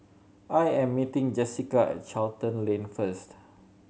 I am meeting Jessica at Charlton Lane first